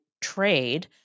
trade